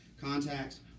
contacts